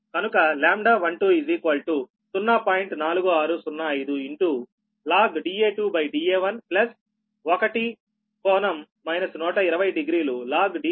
4605 log Da2 Da1 1∟ 1200 log Db2 Db1 milli weber turns per kilometre